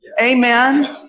Amen